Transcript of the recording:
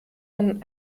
man